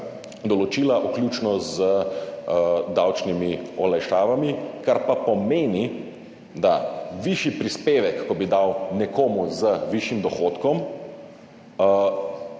določila, vključno z davčnimi olajšavami, kar pa pomeni, da višji prispevek, ko bi dal nekomu z višjim dohodkom,